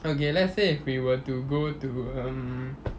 okay let's say if we were to go to um